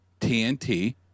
TNT